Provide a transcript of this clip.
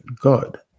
God